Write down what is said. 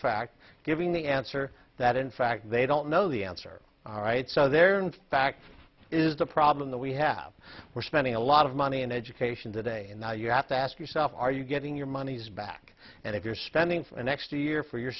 fact giving the answer that in fact they don't know the answer all right so there are in fact is the problem that we have we're spending a lot of money in education today and now you have to ask yourself are you getting your money's back and if you're spending an extra year for your